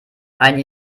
einen